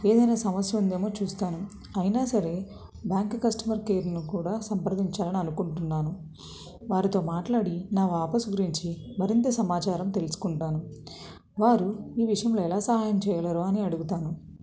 ఏదైనా సమస్య ఉందేమో చూస్తాను అయినా సరే బ్యాంక్ కస్టమర్ కేర్ను కూడా సంప్రదించాలని అనుకుంటున్నాను వారితో మాట్లాడి నా వాపస్ గురించి మరింత సమాచారం తెలుసుకుంటాను వారు ఈ విషయంలో ఎలా సహాయం చేయగలరో అని అడుగుతాను